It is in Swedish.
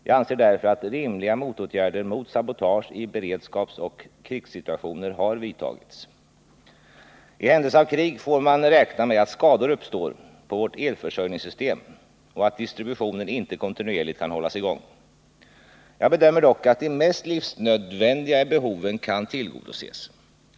Jag anser därför att rimliga motåtgärder mot sabotage i beredskapsoch krigssituationer har vidtagits. I händelse av krig får man räkna med att skador uppstår på vårt elförsörjningssystem och att distributionen inte kontinuerligt kan hållas i gång. Jag bedömer dock att de mest livsnödvändiga behoven kan tillgodoses.